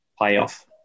playoff